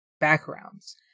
backgrounds